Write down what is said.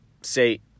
say